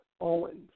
Owens